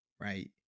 Right